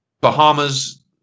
Bahamas